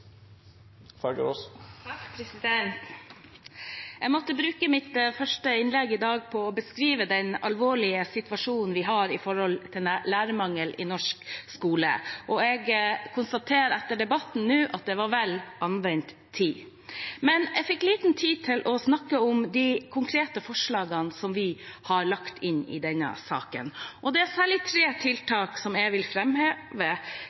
Jeg måtte bruke mitt første innlegg i dag på å beskrive den alvorlige situasjonen vi har med lærermangelen i norsk skole. Jeg konstaterer nå, etter debatten, at det var vel anvendt tid. Men jeg fikk lite tid til å snakke om de konkrete forslagene som vi har lagt inn i denne saken. Det er særlig tre